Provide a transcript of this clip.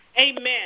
Amen